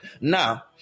Now